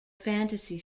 fantasy